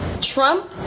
Trump